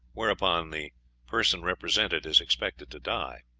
whereupon the person represented is expected to die.